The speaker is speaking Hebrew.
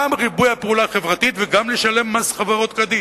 גם ריבוי הפעולה החברתית, וגם לשלם מס חברות כדין.